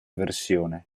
versione